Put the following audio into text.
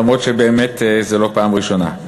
אף שבאמת זו לא פעם ראשונה.